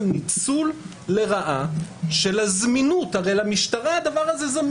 הנתונים שקיבלתי מהמשטרה לפי בקשת חופש